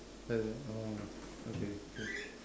then after that oh okay okay